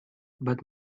but